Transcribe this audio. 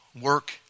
work